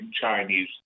Chinese